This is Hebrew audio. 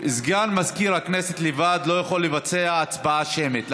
סגן מזכירת הכנסת לבד לא יכול לבצע הצבעה שמית,